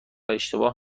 اشتباه